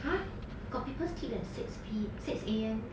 !huh! got people sleep at six P six A_M